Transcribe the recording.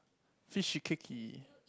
fishy cakey